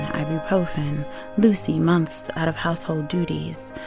ibuprofen lucy months out of household duties.